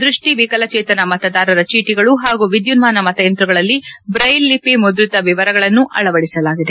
ದೃಷ್ಷಿವಿಕಲಚೇತನ ಮತದಾರರ ಚೀಟಿಗಳು ಹಾಗೂ ವಿದ್ಯುನ್ಮಾನ ಮತಯಂತ್ರಗಳಲ್ಲಿ ಬ್ರೈಲ್ಲಿಪಿ ಮುದ್ರಿತ ವಿವರಗಳನ್ನು ಅಳವಡಿಸಲಾಗಿದೆ